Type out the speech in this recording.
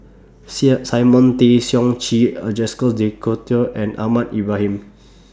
Simon Tay Seong Chee Are Jacques De Coutre and Ahmad Ibrahim